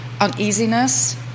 uneasiness